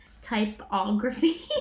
typography